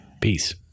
Peace